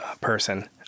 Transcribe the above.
person